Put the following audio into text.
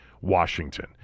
Washington